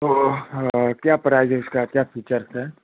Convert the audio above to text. तो हाँ क्या प्राइज है इसका क्या फीचर्स हैं